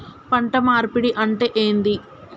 పంట మార్పిడి అంటే ఏంది?